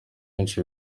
kenshi